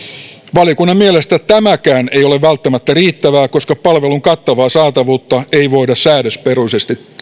valiokunnan mielestä tämäkään ei ole välttämättä riittävää koska palvelun kattavaa saatavuutta ei voida säädösperusteisesti